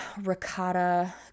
ricotta